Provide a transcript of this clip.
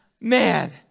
man